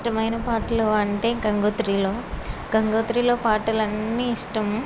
ఇష్టమైన పాటలు అంటే గంగోత్రిలో గంగోత్రిలో పాటలు అన్నీ ఇష్టము